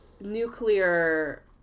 nuclear